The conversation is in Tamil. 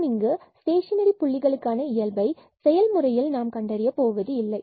நாம் இங்கு ஸ்டேஷனரி புள்ளிகளுக்கான இயல்பை செயல்முறையில் கண்டறிய போவதில்லை